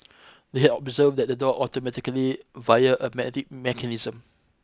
they observed that the door automatically via a mechanism